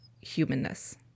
humanness